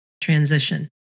transition